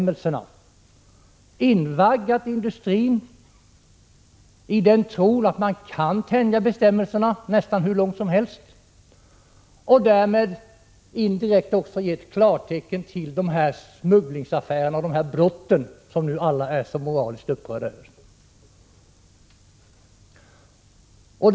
De har invaggat industrin i den tron att man kan tänja bestämmelserna nästan hur långt som helst och har därmed indirekt också gett klartecken till de smugglingsaffärer och brott som alla nu är så moraliskt upprörda över.